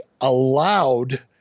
allowed